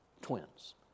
twins